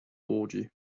orgy